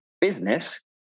business